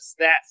stats